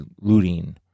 looting